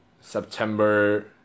September